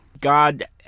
God